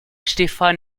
stefan